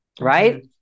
Right